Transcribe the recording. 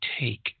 take